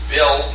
Bill